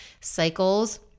cycles